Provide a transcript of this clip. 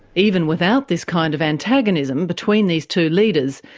even without this kind of antagonism between these two leaders,